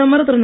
பிரதமர் திரு